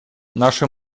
наши